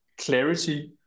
clarity